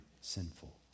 sinful